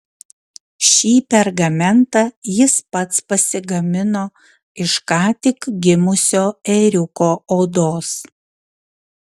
šį pergamentą jis pats pasigamino iš ką tik gimusio ėriuko odos